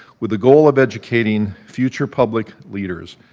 with the goal of educating future public leaders.